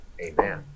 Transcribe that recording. amen